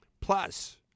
Plus